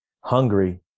hungry